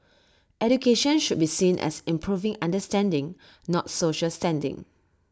education should be seen as improving understanding not social standing